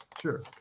Sure